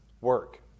work